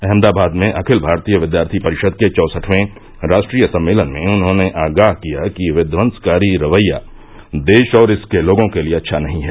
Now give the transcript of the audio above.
अहमदाबाद में अखिल भारतीय विद्यार्थी परिषद के चौसठवें राष्ट्रीय सम्मेलन में उन्होंने आगाह किया कि विध्वसकारी रवैया देश और इसके लोगों के लिए अच्छा नहीं है